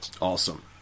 Awesome